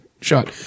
shot